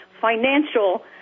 financial